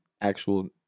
actual